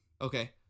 Okay